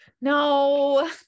No